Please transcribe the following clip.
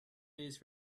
days